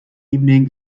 evening